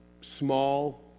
small